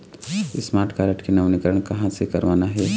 Smart card के नवीनीकरण कहां से करवाना हे?